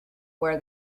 where